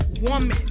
woman